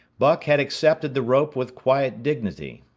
buck had accepted the rope with quiet dignity.